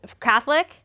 Catholic